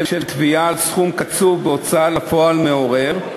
תביעה על סכום קצוב בהוצאה לפועל מעורר,